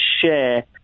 share